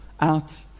out